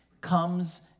comes